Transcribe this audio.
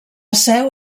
seu